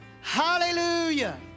hallelujah